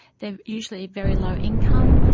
they are usually very low income,